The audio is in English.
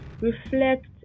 reflect